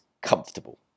comfortable